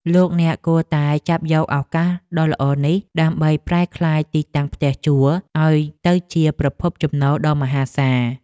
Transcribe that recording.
លោកអ្នកគួរតែចាប់យកឱកាសដ៏ល្អនេះដើម្បីប្រែក្លាយទីតាំងផ្ទះជួលឱ្យទៅជាប្រភពចំណូលដ៏មហាសាល។